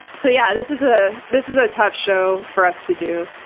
so, yeah, this is ah this is a tough show for us to do.